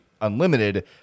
unlimited